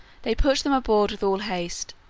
they put them aboard with all haste,